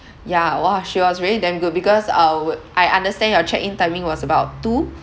yeah !wah! she was really damn good because uh wo~ I understand your check in timing was about two